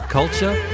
culture